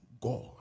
God